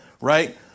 Right